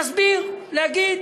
להסביר, להגיד,